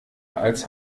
als